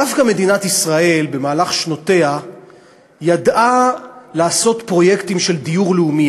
דווקא מדינת ישראל במהלך שנותיה ידעה לעשות פרויקטים של דיור לאומי.